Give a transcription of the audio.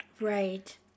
Right